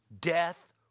Death